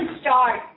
start